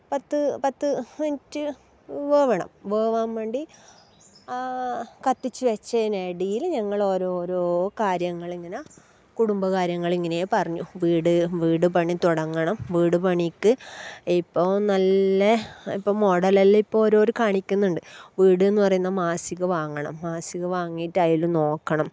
പത്ത് പത്ത് മിന്റ്റ് വേവണം വേവാൻ വേണ്ടി ആ കത്തിച്ച് വെച്ചയ്നെടേല് ഞങ്ങള് ഒരോരോ കാര്യങ്ങളിങ്ങന കുടുംബ കാര്യങ്ങളിങ്ങനേ പറഞ്ഞു വീട് വീട് പണി തൊടങ്ങണം വീട് പണിക്ക് ഇപ്പോ നല്ല ഇപ്പ മോഡലെല്ലം ഇപ്പ ഓരോരു കാണിക്കുന്ന്ണ്ട് വീടെന്ന് പറയുന്നത് മാസിക വാങ്ങണം മാസിക വാങ്ങിയിട്ട് അതിൽ നോക്കണം